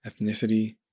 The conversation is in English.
ethnicity